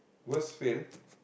worst fail